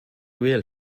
real